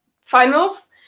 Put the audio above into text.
finals